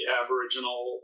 aboriginal